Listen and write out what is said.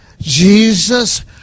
Jesus